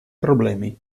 problemi